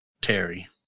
Terry